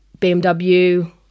BMW